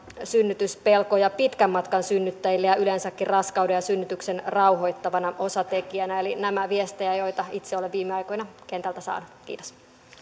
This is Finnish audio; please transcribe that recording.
synnytyspelkoja pitkän matkan synnyttäjille ja yleensäkin raskauden ja synnytyksen rauhoittavana osatekijänä eli nämä ovat viestejä joita itse olen viime aikoina kentältä saanut kiitos